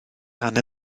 anne